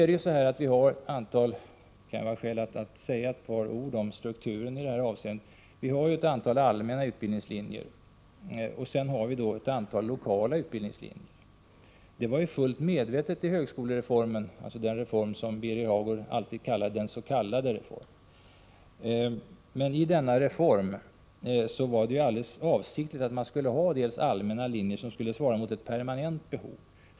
Det kan vara skäl att anföra några ord om strukturen i detta avseende. Vi har ett antal allmänna utbildningslinjer. Vidare har vi ett antal lokala utbildningslinjer. Det var en medveten avsikt i högskolereformen — den reform som Birger Hagård alltid benämner den s.k. reformen — att man skulle ha i första hand allmänna linjer som skulle svara mot ett permanent behov.